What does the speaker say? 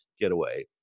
getaway